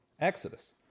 Exodus